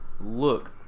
look